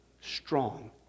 strong